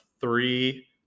three